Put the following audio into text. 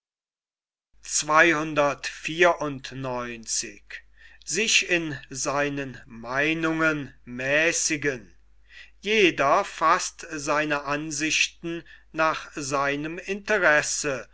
jeder faßt seine ansichten nach seinem interesse